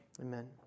Amen